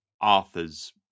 Arthur's